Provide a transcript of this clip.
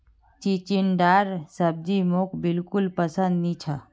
चिचिण्डार सब्जी मोक बिल्कुल पसंद नी छ